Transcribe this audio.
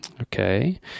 okay